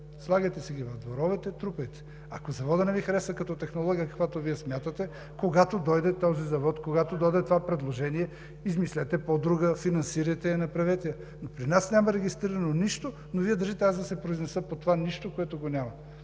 слагайте си ги в дворовете, трупайте. Ако заводът не Ви харесва като технология, каквато Вие смятате, когато дойде този завод, когато дойде това предложение, измислете пό друга, финансирайте я, направете я. При нас няма регистрирано нищо, но Вие държите аз да се произнеса по това „нищо“, което го няма.